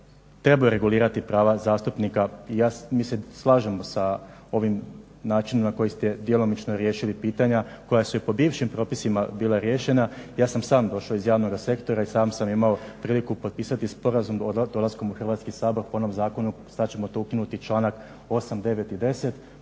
trebaju regulirati prava zastupnika i mi se slažemo sa ovim načinom na koji ste djelomično riješili pitanja koja su i po bivšim propisima bila riješena. Ja sam sam došao iz javnoga sektora i sam sam imao priliku potpisati sporazum dolaskom u Hrvatski sabor po onom zakonu. Sad ćemo to ukinuti članak 8., 9. i 10.,